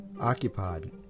occupied